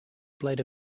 played